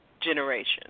generation